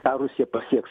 ką rusija pasieks